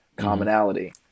commonality